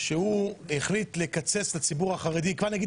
שהוא החליט לקצץ לציבור החרדי כבר אגיד